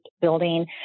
building